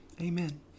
Amen